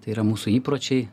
tai yra mūsų įpročiai